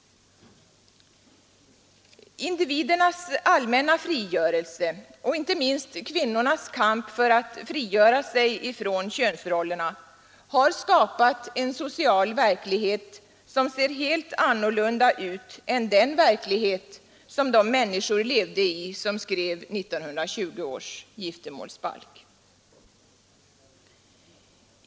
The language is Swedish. Individernas allmänna frigörelse och inte minst kvinnornas kamp för att frigöra sig från könsrollerna har skapat en social verklighet som ser helt annorlunda ut än den verklighet som de människor levde i som skrev 1920 års giftermålsbalk.